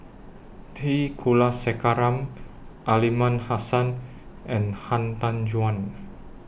T Kulasekaram Aliman Hassan and Han Tan Juan